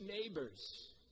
neighbors